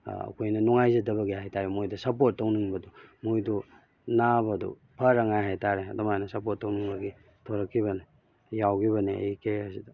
ꯑꯩꯈꯣꯏꯅ ꯅꯨꯡꯉꯥꯏꯖꯗꯕꯒꯤ ꯍꯥꯏꯇꯥꯔꯦ ꯃꯣꯏꯗ ꯁꯞꯄꯣꯔꯠ ꯇꯧꯅꯤꯡꯕꯗꯣ ꯃꯣꯏꯗꯨ ꯅꯥꯕꯗꯨ ꯐꯅꯉꯥꯏ ꯍꯥꯏꯇꯥꯔꯦ ꯑꯗꯨꯃꯥꯏꯅ ꯁꯞꯄꯣꯔꯠ ꯇꯧꯅꯤꯡꯕꯒꯤ ꯊꯣꯂꯛꯈꯤꯕꯅꯤ ꯌꯥꯎꯈꯤꯕꯅꯤ ꯑꯩ ꯀꯦꯔꯤꯌꯔꯁꯤꯗ